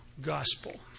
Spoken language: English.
gospel